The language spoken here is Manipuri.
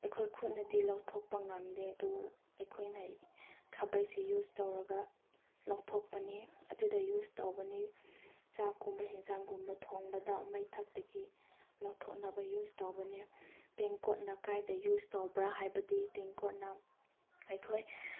ꯑꯩꯈꯣꯏ ꯈꯨꯠꯅꯗꯤ ꯂꯧꯊꯣꯛꯄ ꯉꯝꯗꯦ ꯑꯗꯨ ꯑꯩꯈꯣꯏꯅ ꯈꯥꯕꯩꯁꯦ ꯌꯨꯁ ꯇꯧꯔꯒ ꯂꯧꯊꯣꯛꯄꯅꯤ ꯑꯗꯨꯗ ꯌꯨꯁ ꯇꯧꯕꯅꯤ ꯆꯥꯛꯀꯨꯝꯕ ꯑꯦꯟꯁꯥꯡꯒꯨꯝꯕ ꯊꯣꯡꯕꯗ ꯃꯩꯊꯛꯇꯒꯤ ꯂꯧꯊꯣꯛꯅꯕ ꯌꯨꯁ ꯇꯧꯕꯅꯤ ꯇꯦꯡꯀꯣꯠꯅ ꯀꯥꯏꯗ ꯌꯨꯁ ꯇꯧꯕ꯭ꯔꯥ ꯍꯥꯏꯕꯗꯤ ꯇꯦꯡꯀꯣꯠꯅ ꯑꯩꯈꯣꯏ